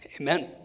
Amen